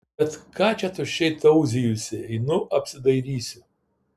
et ką tuščiai tauzijusi einu apsidairysiu